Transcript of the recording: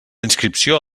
inscripció